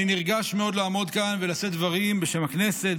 אני נרגש מאוד לעמוד כאן ולשאת דברים בשם הכנסת,